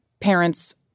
Parents